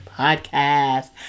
podcast